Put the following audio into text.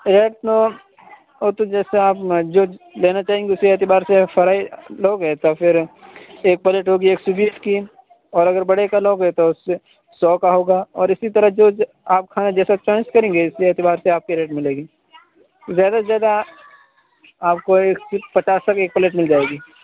rate تو وہ تو جیسے آپ جو لینا چاہیں گے اسی اعتبار سے فرائی لو گے تو پھر ایک پلیٹ ہوگی ایک سو بیس کی اور اگر بڑے کا لو گے تو سو کا ہوگا اور اسی طرح جو آپ کھائیں جیسا چاہیں کریں گے اسی اعتبار سے آپ کی ریٹ ملے گی زیادہ سے زیادہ آپ کو ایک فل پچاس کا بھی ایک پلیٹ مل جائے گی